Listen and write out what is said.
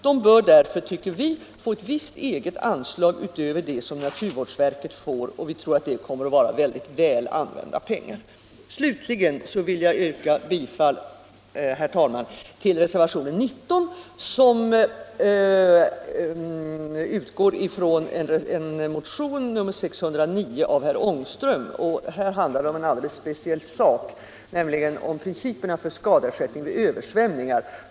De bör därför, tycker vi, få ett visst eget anslag utöver det som naturvårdsverket får, och vi tror att det kommer att vara utomordentligt väl använda pengar. Slutligen vill jag, herr talman, yrka bifall till reservationen 19, som utgår från motionen 609 av herr Ångström. Här handlar det om en alldeles speciell sak, nämligen om principerna för skadeersättning vid översvämning.